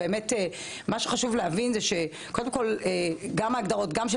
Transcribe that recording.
מה שחשוב להבין קודם כל גם ההגדרות גם של